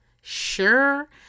sure